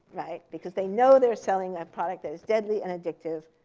right? because they know they're selling a product that is deadly and addictive.